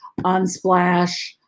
Unsplash